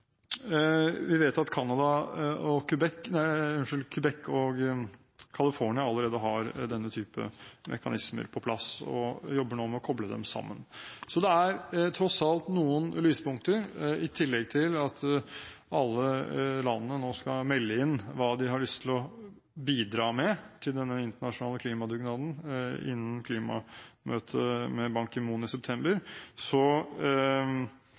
Vi vet at Quebec og California allerede har denne type mekanismer på plass, og en jobber nå med å koble dem sammen. Så det er tross alt noen lyspunkter. I tillegg skal alle landene melde inn hva de har lyst til å bidra med til denne internasjonale klimadugnaden, innen klimamøtet med Ban Ki-moon i september.